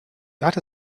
that